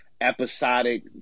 episodic